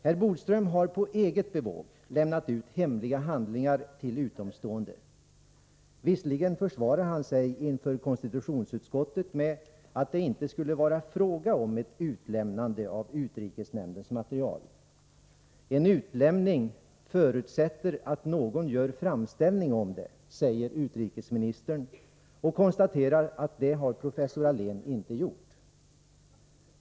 Herr Bodström har på eget bevåg lämnat ut hemliga handlingar till utomstående. Visserligen försvarar han sig inför konstitutionsutskottet med att det inte skulle vara fråga om ett utlämnande av utrikesnämndens material. ”En utlämning förutsätter att någon gör framställning om det.” Så säger utrikesministern och konstaterar att det har professor Allén inte gjort.